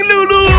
Lulu